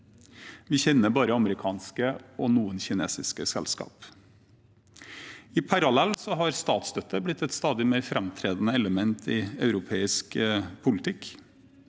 Vi kjenner bare amerikanske og noen kinesiske selskap. Parallelt har statsstøtte blitt et stadig mer framtredende element i europeisk politikk.